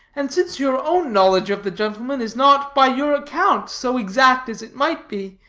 and since your own knowledge of the gentleman is not, by your account, so exact as it might be,